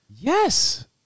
Yes